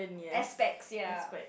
aspects ya